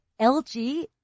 LG